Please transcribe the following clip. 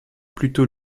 plutôt